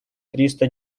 триста